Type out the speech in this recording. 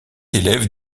élève